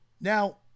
Now